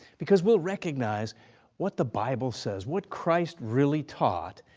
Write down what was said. because we'll recognize what the bible says, what christ really taught,